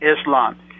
Islam